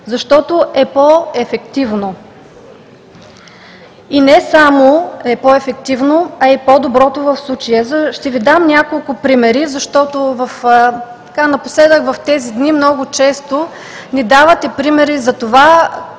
защото е по-ефективно – не само е по-ефективно, а и по-доброто в случая. Ще Ви дам няколко примера, защото напоследък, тези дни, много често ни давате примери за това